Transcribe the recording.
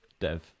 dev